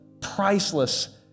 priceless